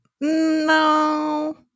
No